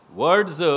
words